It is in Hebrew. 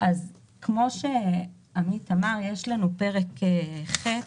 כפי שעמית אמר, יש לנו את פרק ח',